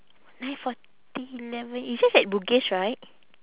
nine forty eleven it's just at bugis right